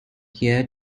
here